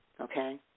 okay